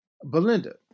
Belinda